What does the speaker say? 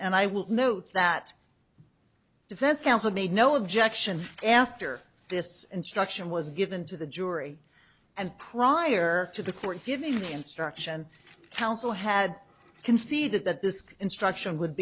and i will note that defense counsel made no objection after this instruction was given to the jury and prior to the court giving instruction counsel had conceded that this instruction would